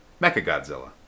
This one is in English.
Mechagodzilla